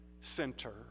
center